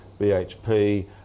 BHP